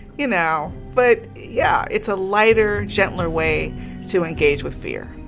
you know? but, yeah, it's a lighter, gentler way to engage with fear